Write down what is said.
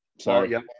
Sorry